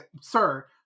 sir